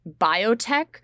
biotech